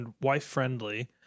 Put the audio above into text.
wife-friendly